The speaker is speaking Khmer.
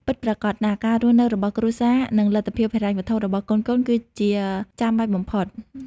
ពិតប្រាកដណាស់ ការរស់នៅរបស់គ្រួសារ និងលទ្ធភាពហិរញ្ញវត្ថុរបស់កូនៗគឺជាចាំបាច់បំផុត។